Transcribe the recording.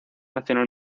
nacional